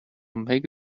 make